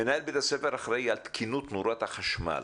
מנהל בית הספר אחראי על תקינות נורת החשמל